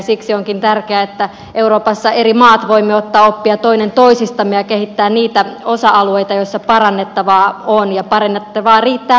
siksi onkin tärkeää että euroopassa eri maat voimme ottaa oppia toinen toisistamme ja kehittää niitä osa alueita joissa parannettavaa on ja parannettavaa riittää paljonkin